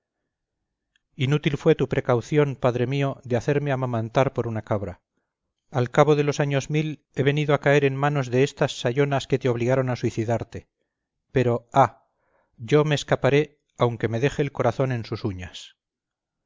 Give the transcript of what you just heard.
marzo inútil fue tu precaución padre mío de hacerme amamantar por una cabra al cabo de los años mil he venido a caer en manos de estas sayonas que te obligaron a suicidarte pero ah yo me escaparé aunque me deje el corazón en sus uñas